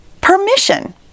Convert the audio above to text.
permission